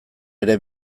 ere